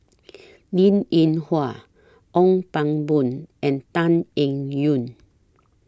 Linn in Hua Ong Pang Boon and Tan Eng Yoon